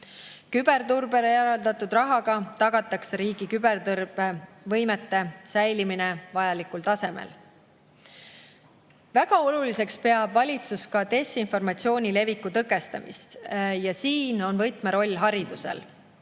Küberturbele eraldatud rahaga tagatakse riigi küberturbevõimete säilimine vajalikul tasemel. Väga oluliseks peab valitsus ka desinformatsiooni leviku tõkestamist ja siin on võtmeroll haridusel.